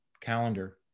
calendar